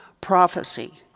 prophecy